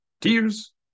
tears